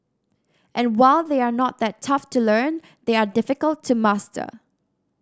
and while they are not that tough to learn they are difficult to master